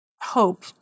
hope